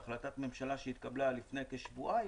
להחלטת ממשלה שהתקבלה לפני כשבועיים,